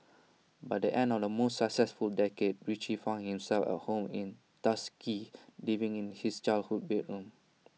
by the end of the most successful decade Richie found himself at home in Tuskegee living in his childhood bedroom